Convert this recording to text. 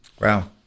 Wow